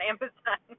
Amazon